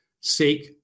seek